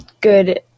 good